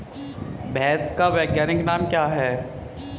भैंस का वैज्ञानिक नाम क्या है?